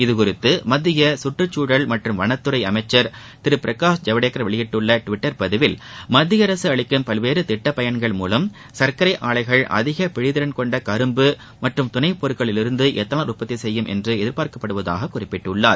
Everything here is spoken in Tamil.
இதுகுறித்து மத்திய கற்றுக்சூழல் மற்றும் வனத்துறை அமைச்சர் திரு பிரகாஷ் ஜவடேக்கர் வெளியிட்டுள்ள டிவிட்டர் பதிவில் மத்திய அரசு அளிக்கும் பல்வேறு திட்ட பயன்கள் மூலம் சர்க்கரை ஆலைகள் அதிக பிழித்திறன் கொண்ட கரும்பு மற்றம் துணைப்பொருட்களிலிருந்து எத்தனால் உற்பத்தி செய்யும் என்று எதிர்ப்பார்க்கப்படுவதாக குறிப்பிட்டுள்ளார்